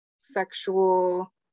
sexual